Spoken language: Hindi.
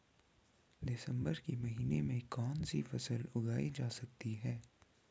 दिसम्बर के महीने में कौन सी फसल उगाई जा सकती है?